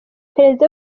perezida